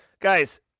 Guys